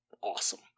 Awesome